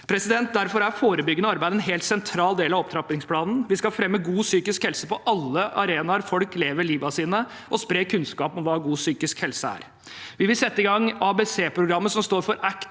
syke. Derfor er forebyggende arbeid en helt sentral del av opptrappingsplanen. Vi skal fremme god psykisk helse på alle arenaer der folk lever livet sitt, og spre kunnskap om hva god psykisk helse er. Vi vil sette i gang ABCprogrammet, som står for